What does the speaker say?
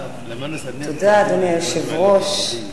אדוני היושב-ראש,